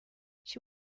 she